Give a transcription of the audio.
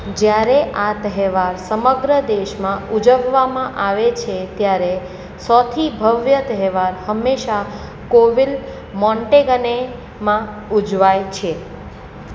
જ્યારે આ તહેવાર સમગ્ર દેશમાં ઉજવવામાં આવે છે ત્યારે સૌથી ભવ્ય તહેવાર હંમેશા કોવિલ મોન્ટેગનેમાં ઉજવાય છે